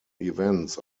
events